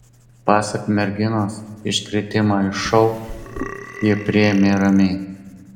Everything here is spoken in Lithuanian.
pasak merginos iškritimą iš šou ji priėmė ramiai